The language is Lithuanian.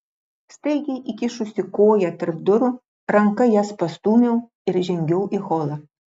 staigiai įkišusi koją tarp durų ranka jas pastūmiau ir žengiau į holą